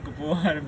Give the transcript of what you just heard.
!huh!